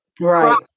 Right